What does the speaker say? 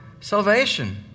salvation